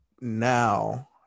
now